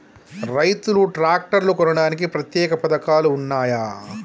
రైతులు ట్రాక్టర్లు కొనడానికి ప్రత్యేక పథకాలు ఉన్నయా?